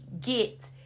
get